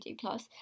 Plus